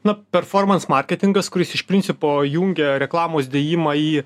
na performans marketingas kuris iš principo jungia reklamos dėjimą į